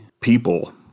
people